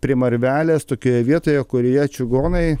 prie marvelės tokioje vietoje kurioje čigonai